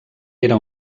era